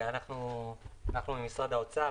אנחנו ממשרד האוצר,